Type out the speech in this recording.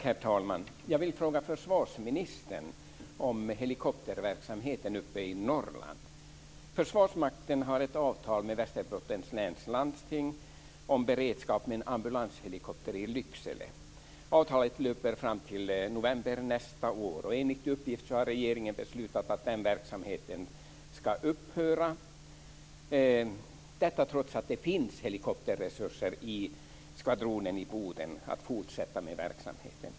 Herr talman! Jag vill fråga försvarsministern om helikopterverksamheten i Norrland. Försvarsmakten har ett avtal med Västerbottens läns landsting om beredskap med en ambulanshelikopter i Lycksele. Avtalet löper fram till november nästa år. Enligt uppgift har regeringen beslutat att den verksamheten ska upphöra, trots att det finns helikopterresurser i skvadronen i Boden för att fortsätta med verksamheten.